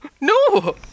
no